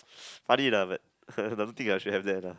funny lah but I don't think I should have that lah